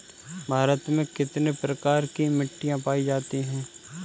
भारत में कितने प्रकार की मिट्टी पायी जाती है?